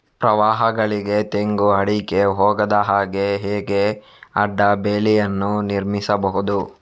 ಪ್ರವಾಹಗಳಿಗೆ ತೆಂಗು, ಅಡಿಕೆ ಹೋಗದ ಹಾಗೆ ಹೇಗೆ ಅಡ್ಡ ಬೇಲಿಯನ್ನು ನಿರ್ಮಿಸಬಹುದು?